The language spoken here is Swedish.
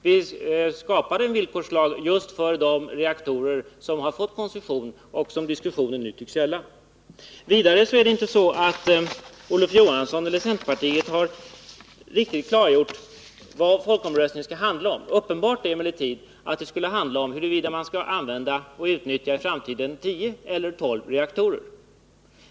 Vi skapade en villkorslag just för de reaktorer som har fått koncession och som diskussionen nu tycks gälla. Jag vill vidare säga att varken Olof Johansson eller centerpartiet har klargjort ordentligt vad en folkomröstning skulle handla om. Det tycks emellertid som om den skulle handla om huruvida man i framtiden skall utnyttja tio eller tolv reaktorer.